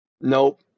nope